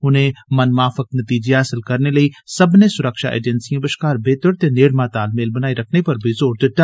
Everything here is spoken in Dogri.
उनें मनमाफक नतीजे हासल करने लेई सब्बनें सुरक्षा एजेंसिए बश्कार बेहतर ते नेड़मा तालमेल बनाई रखने पर जोर दिता